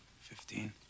Fifteen